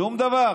שום דבר.